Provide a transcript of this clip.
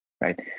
Right